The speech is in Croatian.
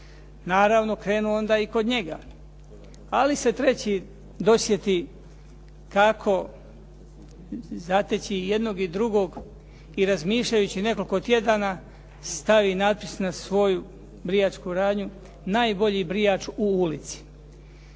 Naravno krenulo je onda i kod njega. Ali se treći dosjeti kako zateći jednog i drugog i razmišljajući nekoliko tjedana, stavi natpis nad svoju brijačku radnju "Najbolji brijač u ulici".